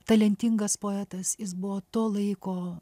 talentingas poetas jis buvo to laiko